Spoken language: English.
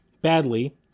badly